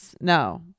no